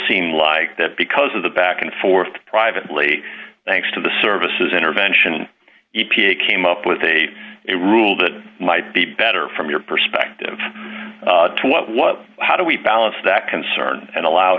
seem like that because of the back and forth privately thanks to the services intervention e p a came up with a rule that might be better from your perspective what what how do we balance that concern and allow